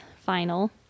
final